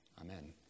Amen